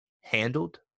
handled